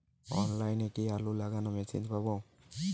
অনলাইনে কি আলু লাগানো মেশিন পাব?